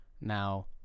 now